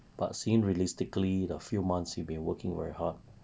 but seeing realistically the few months we have been working very hard